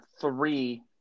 three